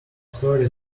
story